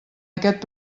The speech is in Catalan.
aquest